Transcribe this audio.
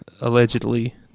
allegedly